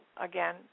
again